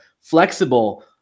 flexible